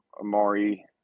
amari